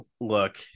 look